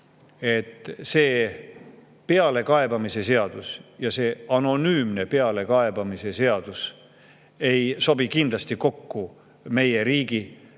see pealekaebamise seadus, see anonüümne pealekaebamise seadus ei sobi kindlasti kokku meie riigi